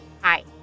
Hi